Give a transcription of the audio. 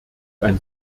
ein